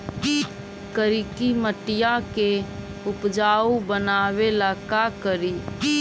करिकी मिट्टियां के उपजाऊ बनावे ला का करी?